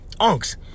Unks